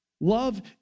Love